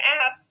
app